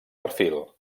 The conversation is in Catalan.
perfil